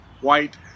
white